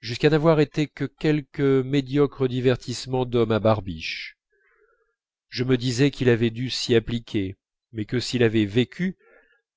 jusqu'à n'avoir été que quelque médiocre divertissement d'homme à barbiche je me disais qu'il avait dû s'y appliquer mais que s'il avait vécu